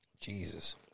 Jesus